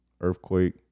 Earthquake